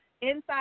inside